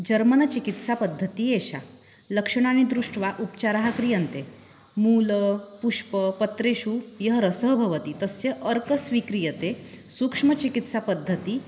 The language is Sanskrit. जर्मनचिकित्सापद्धति एषा लक्षणानि दृष्ट्वा उपचाराः क्रियन्ते मूल पुष्प पत्रेषु यः रसः भवति तस्य अर्क स्वीक्रियते सूक्ष्मचिकित्सापद्धति